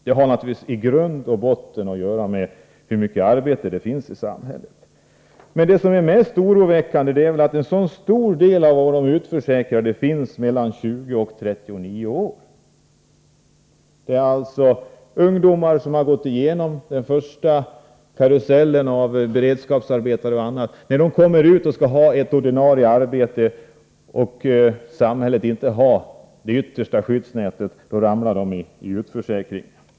Detta har naturligtvis i grund och botten att göra med hur mycket arbete som finns i samhället. Men det mest oroväckande är att en så stor del av de utförsäkrade är mellan 20 och 39 år. Det gäller alltså ungdomar som har gått igenom den första karusellen av beredskapsarbete och annat. När de kommer ut och skall ha ett ordinarie arbete och samhället inte har det yttersta skyddsnätet, hamnar de i utförsäkring.